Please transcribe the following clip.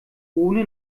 ohne